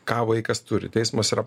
ką vaikas turi teismas yra